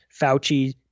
Fauci